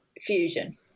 fusion